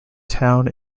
town